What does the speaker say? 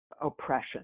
oppression